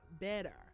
better